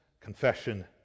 confession